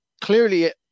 clearly